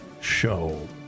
show